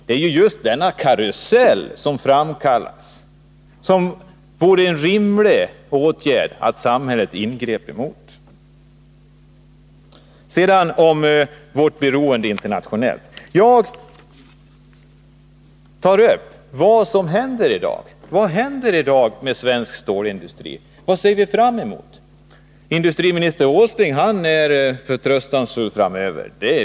Det är ju just denna karusell som det är rimligt att staten gör någonting mot. Sedan till vårt internationella beroende. Jag tog upp vad som händer i dag. Vad är det som sker med svensk stålindustri? Vad ser vi fram emot? Industriminister Åsling är förtröstansfull.